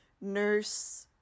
nurse